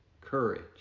courage